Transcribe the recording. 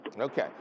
Okay